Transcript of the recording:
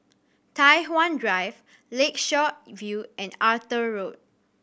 Tai Hwan Drive Lakeshore View and Arthur Road